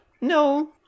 No